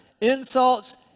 insults